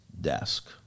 desk